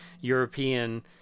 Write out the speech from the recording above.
European